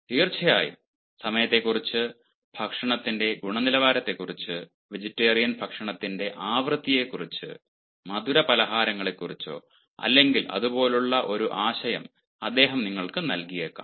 തീർച്ചയായും സമയത്തെക്കുറിച്ച് ഭക്ഷണത്തിന്റെ ഗുണനിലവാരത്തെക്കുറിച്ച് വെജിറ്റേറിയൻ ഭക്ഷണത്തിന്റെ ആവൃത്തിയെക്കുറിച്ചോ മധുര പലഹാരങ്ങളെക്കുറിച്ചോ അല്ലെങ്കിൽ അത് പോലുള്ള ഒരു ആശയം അദ്ദേഹം നിങ്ങൾക്ക് നൽകിയേക്കാം